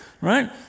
right